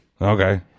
Okay